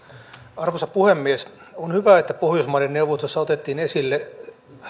arvoisa puhemies on hyvä että pohjoismaiden neuvostossa otettiin esille